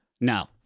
No